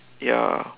ya